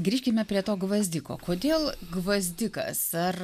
grįžkime prie to gvazdiko kodėl gvazdikas ar